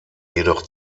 jedoch